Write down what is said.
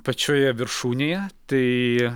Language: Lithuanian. pačioje viršūnėje tai